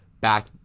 back